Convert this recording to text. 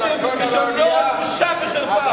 חבר הכנסת טלב אלסאנע.